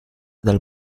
dal